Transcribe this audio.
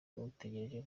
uyitegereje